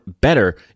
better